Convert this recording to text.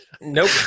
nope